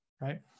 right